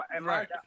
right